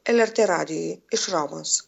lrt radijui iš romos